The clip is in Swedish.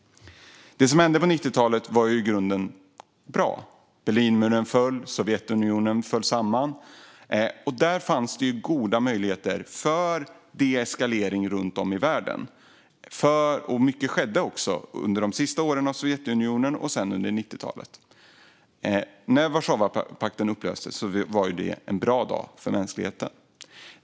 Det som hände på 90-talet var i grunden bra. Berlinmuren föll, och Sovjetunionen föll samman. Där fanns goda möjligheter för deeskalering runt om i världen. Mycket skedde också under de sista åren med Sovjetunionen och under 90-talet. När Warszawapakten upplöstes var det en bra dag för mänskligheten.